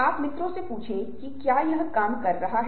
दृश्यों का क्या मतलब है